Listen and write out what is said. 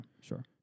sure